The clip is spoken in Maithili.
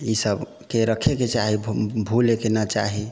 ई सभके रखैके चाही भु भुलैके नहि चाही